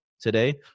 today